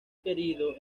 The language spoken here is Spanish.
querido